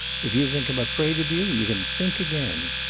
if you think i'm afraid of you, you can think again.